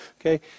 okay